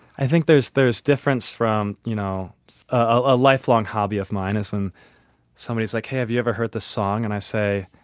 i think there's there's difference from you know a lifelong hobby of mine is when somebody is like, hey, have you ever heard the song? and i say,